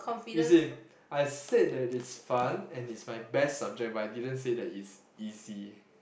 you see I said that it's fun and it's my best subject but I didn't say that it's easy